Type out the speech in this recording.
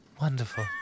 Wonderful